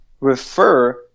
refer